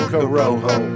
Corojo